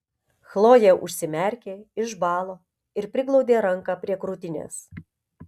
chlojė užsimerkė išbalo ir priglaudė ranką prie krūtinės